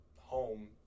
home